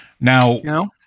Now